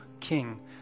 king